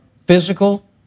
physical